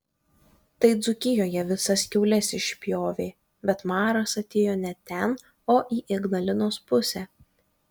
tai dzūkijoje visas kiaules išpjovė bet maras atėjo ne ten o į ignalinos pusę